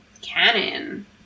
canon